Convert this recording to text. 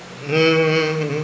mmhmm